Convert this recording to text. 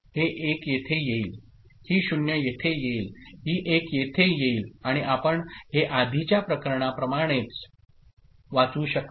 हे 1 येथे येईल ही 0 येथे येईल ही 1 येथे येईल आणि आपण हे आधीच्या प्रकरणाप्रमाणेच वाचू शकता